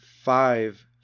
five